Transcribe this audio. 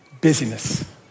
busyness